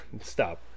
stop